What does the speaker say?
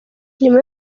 nyuma